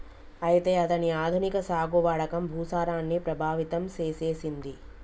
అయితే అతని ఆధునిక సాగు వాడకం భూసారాన్ని ప్రభావితం సేసెసింది